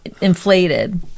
inflated